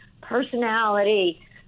personality